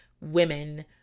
women